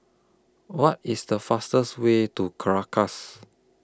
What IS The fastest Way to Caracas